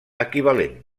equivalent